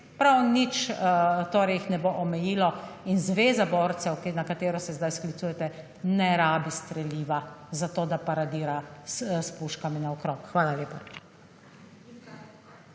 prav nič torej jih ne bo omejilo. In Zveza borcev, na katero se zdaj sklicujete, ne rabi streliva za to, da paradira s puškami naokrog. Hvala lepa.